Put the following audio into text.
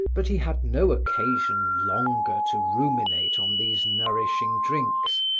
but he had no occasion longer to ruminate on these nourishing drinks,